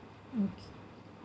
okay